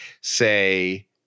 say